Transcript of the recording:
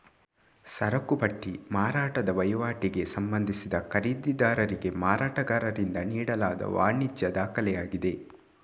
ಸರಕು ಪಟ್ಟಿ ಮಾರಾಟದ ವಹಿವಾಟಿಗೆ ಸಂಬಂಧಿಸಿದ ಖರೀದಿದಾರರಿಗೆ ಮಾರಾಟಗಾರರಿಂದ ನೀಡಲಾದ ವಾಣಿಜ್ಯ ದಾಖಲೆಯಾಗಿದೆ